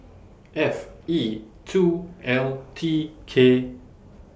F E two L T K